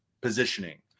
positioning